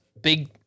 big